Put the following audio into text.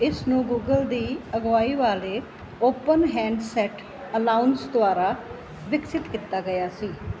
ਇਸ ਨੂੰ ਗੂਗਲ ਦੀ ਅਗਵਾਈ ਵਾਲੇ ਓਪਨ ਹੈਂਡਸੈੱਟ ਅਲਾੲੰਸ ਦੁਆਰਾ ਵਿਕਸਿਤ ਕੀਤਾ ਗਿਆ ਸੀ